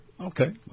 Okay